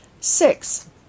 Six